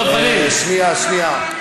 שנייה, שנייה.